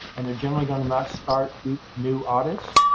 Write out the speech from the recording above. and they're generally going to not start new audits.